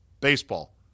baseball